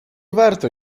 warto